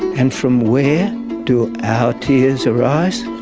and from where do our tears arise?